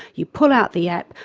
you pull out the app,